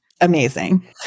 Amazing